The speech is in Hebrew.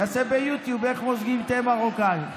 תעשה ביוטיוב איך מוזגים תה מרוקאי.